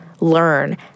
learn